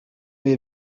bihe